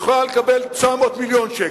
יכולה לקבל 900 מיליון שקל.